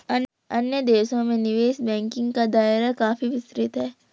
अन्य देशों में निवेश बैंकिंग का दायरा काफी विस्तृत है